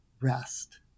rest